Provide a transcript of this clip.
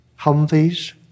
Humvees